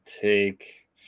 take